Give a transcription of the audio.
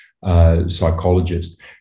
psychologist